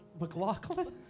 McLaughlin